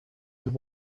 and